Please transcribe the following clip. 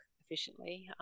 efficiently